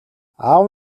аав